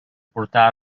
portar